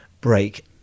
break